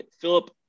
Philip